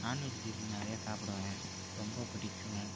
non-vegetarian நிறையா சாப்பிடுவேன் ரொம்ப பிடிக்கும்